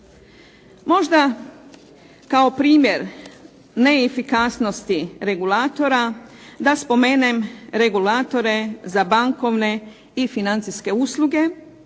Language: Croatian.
Možda kao primjer neefikasnosti regulatora da spomenem regulatore za bankovne i financijske usluge,